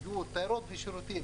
בתיירות ובשירותים.